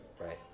Right